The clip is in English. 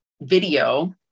video